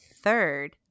third